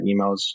emails